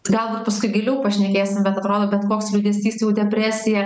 galbūt paskui giliau pašnekėsim bet atrodo bet koks liūdesys jau depresija